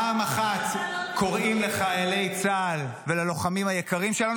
אתה לא --- פעם אחת קוראים לחיילי צה"ל וללוחמים היקרים שלנו,